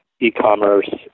e-commerce